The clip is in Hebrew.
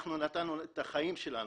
אנחנו נתנו את החיים שלנו,